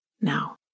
Now